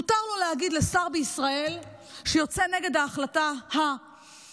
מותר לו להגיד לשר בישראל שיוצא נגד ההחלטה ההזויה,